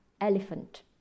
elephant